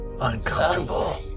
uncomfortable